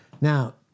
Now